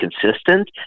consistent